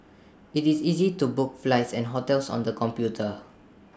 IT is easy to book flights and hotels on the computer